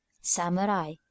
samurai